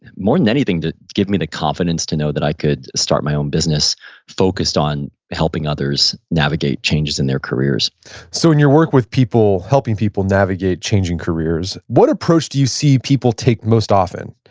more than anything, to give me the confidence to know that i could start my own business focused on helping others navigate changes in their careers so in your work with helping people navigate changing careers, what approach do you see people take most often?